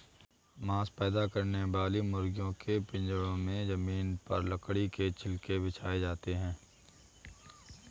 मांस पैदा करने वाली मुर्गियों के पिजड़े में जमीन पर लकड़ी के छिलके बिछाए जाते है